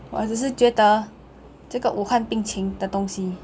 我只是觉得这个武汉病情的东西